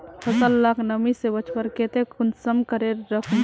फसल लाक नमी से बचवार केते कुंसम करे राखुम?